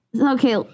Okay